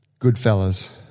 Goodfellas